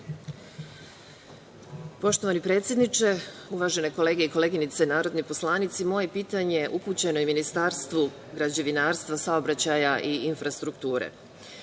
Poštovani predsedniče, uvažene kolege i koleginice narodni poslanici, moje pitanje upućeno je Ministarstvu građevinarstva, saobraćaja i infrastrukture. Naime,